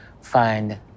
find